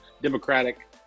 democratic